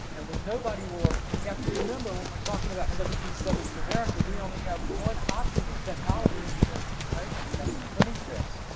and when nobody will, you have to remember when we're talking about seventeen seventy s america we only have one option of technology for sharing information and that's the printing press,